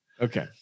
okay